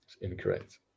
Incorrect